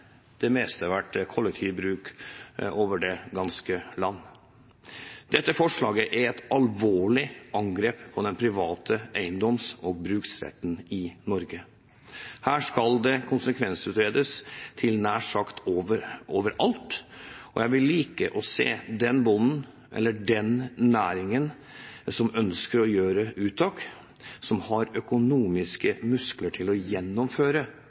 det meste over det ganske land vært kollektivbruk. Dette forslaget er et alvorlig angrep på den private eiendoms- og bruksretten i Norge. Det skal konsekvensutredes nær sagt overalt, og jeg vil like å se den bonden, eller den næringen, som ønsker å gjøre uttak, og som har økonomiske muskler til å gjennomføre